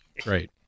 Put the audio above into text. Great